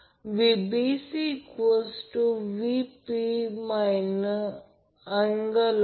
हे आधीच आपण ते मागील उदाहरणमध्ये दर्शविले आहे